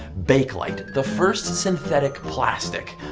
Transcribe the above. bakelite, the first synthetic plastic.